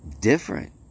different